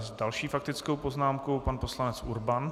S další faktickou poznámkou pan poslanec Urban.